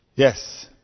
Yes